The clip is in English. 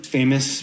famous